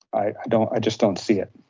i don't, i just don't see it.